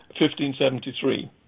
1573